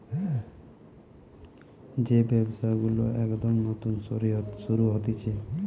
যেই ব্যবসা গুলো একদম নতুন শুরু হতিছে